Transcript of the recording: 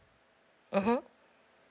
mmhmm